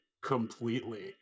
completely